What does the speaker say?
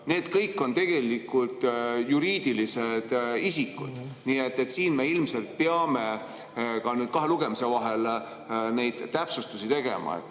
mis kõik on tegelikult juriidilised isikud. Nii et siin me ilmselt peame kahe lugemise vahel täpsustusi tegema.